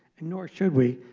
and nor should we,